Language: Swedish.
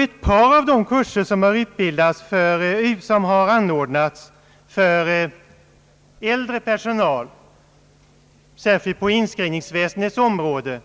Ett par av de kurser som har anordnats för äldre personal, särskilt på inskrivningsväsendets område,